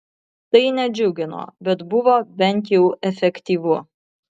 tai nedžiugino bet buvo bent jau efektyvu